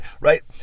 right